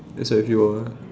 that's why if you were